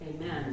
amen